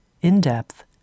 in-depth